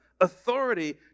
authority